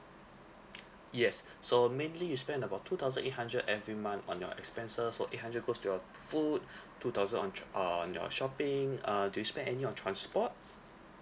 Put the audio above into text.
yes so mainly you spend about two thousand eight hundred every month on your expenses so eight hundred goes to your food two thousand on tr~ on your shopping uh do you spend any on transport